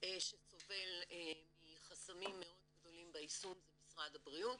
שסובל מחסמים מאוד גדולים ביישום הוא משרד הבריאות,